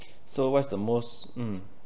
so what's the most mm